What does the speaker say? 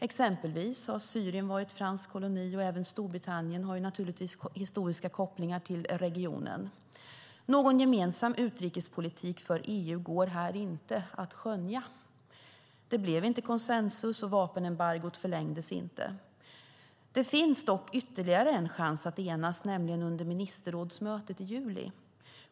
Exempelvis har Syrien varit en fransk koloni, och även Storbritannien har historiska kopplingar till regionen. Någon gemensam utrikespolitik för EU går här inte att skönja. Det blev inte konsensus, och vapenembargot förlängdes inte. Det finns dock ytterligare en chans att enas, nämligen under ministerrådsmötet i juli.